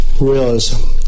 Realism